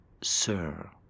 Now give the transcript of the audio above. sir